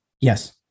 Yes